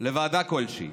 לוועדה כלשהי.